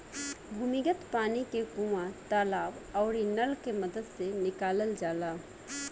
भूमिगत पानी के कुआं, तालाब आउरी नल के मदद से निकालल जाला